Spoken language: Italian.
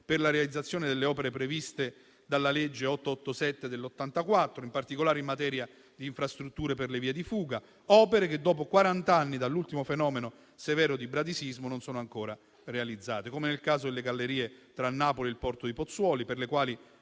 per la realizzazione delle opere previste dalla legge n. 887 del 1984, in particolare in materia di infrastrutture per le vie di fuga; opere che dopo quaranta anni dall'ultimo fenomeno severo di bradisismo non sono ancora realizzate, come nel caso delle gallerie tra Napoli e il porto di Pozzuoli, per le quali